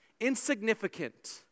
insignificant